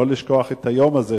לא לשכוח את היום הזה,